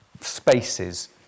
spaces